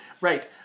Right